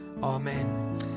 Amen